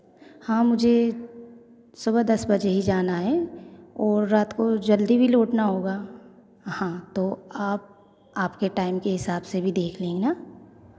हाँ मुझे सुबह दस बजे ही जाना है और रात को जल्दी भी लौटना होगा हाँ तो आप आपके टाइम के हिसाब से भी देख लेना